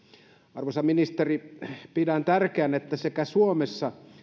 arvoisa ministeri pidän tärkeänä että sekä suomessa